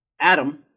Adam